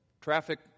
traffic